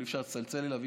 אי-אפשר לצלצל אליו,